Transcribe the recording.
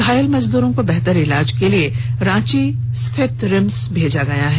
घायल मजदूरों को बेहतर इलाज के लिए रांची स्थित रिम्स भेजा गया है